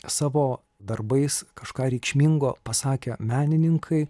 savo darbais kažką reikšmingo pasakę menininkai